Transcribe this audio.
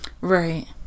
Right